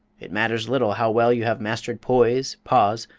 it matters little how well you have mastered poise, pause,